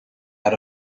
out